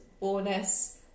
bonus